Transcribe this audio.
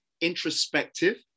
introspective